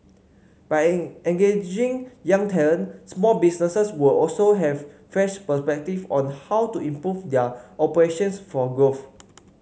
by in engaging young talent small businesses will also have fresh perspective on how to improve their operations for growth